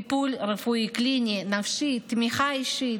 טיפול רפואי, קליני, נפשי, תמיכה אישית,